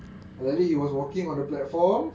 alih-alih he was walking on the platform